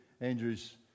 Andrew's